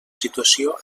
situació